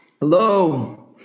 Hello